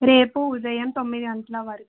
రేపు ఉదయం తొమ్మిది గంటల వరకు